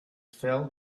fell